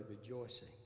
rejoicing